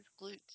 glutes